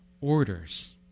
orders